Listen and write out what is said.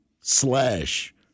slash